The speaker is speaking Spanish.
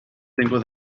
tengo